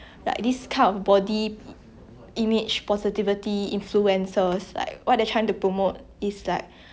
borderline how to say like that it's like health crisis you know and then you are promoting a health health crisis